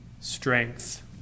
strength